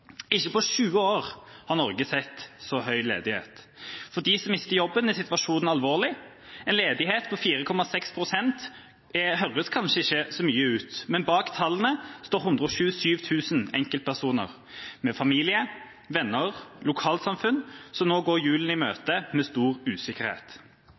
Ikke på 20 år har Norge sett så høy ledighet. For dem som mister jobben, er situasjonen alvorlig. En ledighet på 4,6 pst. høres kanskje ikke så mye ut, men bak tallene står 127 000 enkeltpersoner, med familie, venner og lokalsamfunn, som nå går julen i møte med stor usikkerhet.